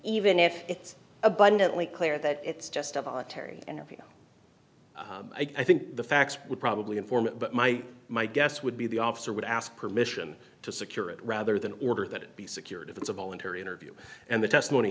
even if it's abundantly clear that it's just a voluntary interview i think the facts would probably informant but my my guess would be the officer would ask permission to secure it rather than order that it be secured if it's a voluntary interview and the testimony